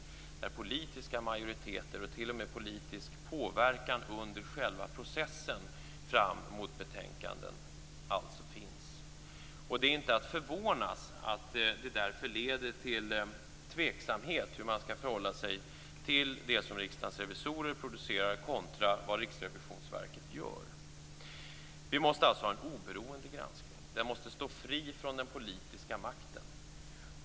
Där finns alltså politiska majoriteter och t.o.m. politisk påverkan under själva processen fram mot betänkandena. Det är inget att förvånas över att det då kan bli tveksamheter när det gäller hur man skall förhålla sig till det som Riksdagens revisorer producerar kontra vad Riksrevisionsverket gör. Vi måste alltså ha en oberoende granskning. Den måste stå fri från den politiska makten.